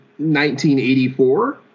1984